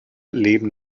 leben